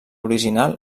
original